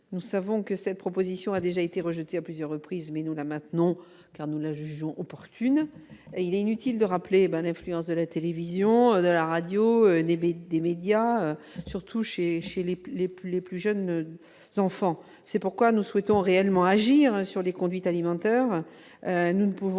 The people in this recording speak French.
Nous savons que cette proposition a déjà été rejetée à plusieurs reprises, mais nous la maintenons, car nous la jugeons opportune. Il est inutile de rappeler l'influence de la télévision, de la radio, des médias, surtout chez les plus jeunes enfants. C'est la raison pour laquelle nous souhaitons réellement agir sur les conduites alimentaires.